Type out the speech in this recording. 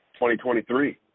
2023